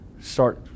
start